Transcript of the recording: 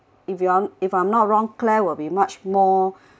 if you want if I'm not wrong claire will be much more